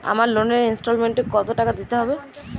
আমার লোনের ইনস্টলমেন্টৈ কত টাকা দিতে হবে?